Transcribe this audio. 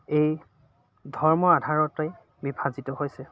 এই ধৰ্ম আধাৰতেই বিভাজিত হৈছে